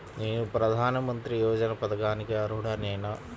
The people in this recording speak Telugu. నేను ప్రధాని మంత్రి యోజన పథకానికి అర్హుడ నేన?